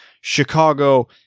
Chicago